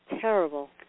terrible